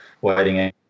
waiting